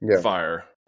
fire